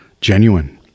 genuine